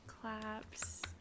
Claps